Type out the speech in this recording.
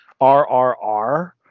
rrr